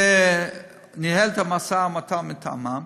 ניהל את המשא-ומתן מטעמם,